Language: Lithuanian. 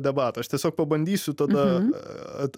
debatą aš tiesiog pabandysiu tada